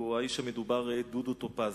והוא האיש המדובר דודו טופז.